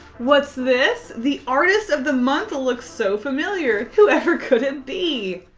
what's this? the artist of the month looks so familiar. whoever could it be?